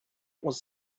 was